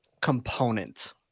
component